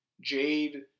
Jade